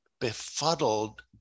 befuddled